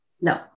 No